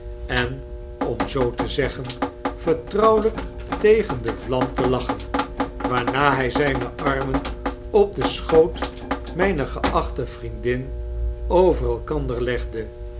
en om zoo te zeggen vertrouwelyk tegen de vlam te lachen waarna hij zijne armen op den schoot mijner geachte vriendin over elkander